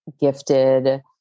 gifted